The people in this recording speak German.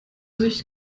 sicht